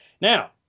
Now